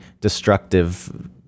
destructive